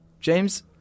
James